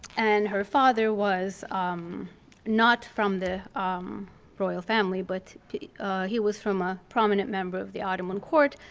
and her father was um not from the um royal family but he was from a prominent member of the ottoman court.